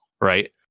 right